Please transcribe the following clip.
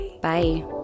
Bye